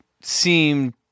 seemed